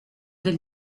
del